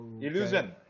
Illusion